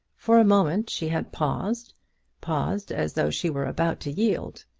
for a moment she had paused paused as though she were about to yield.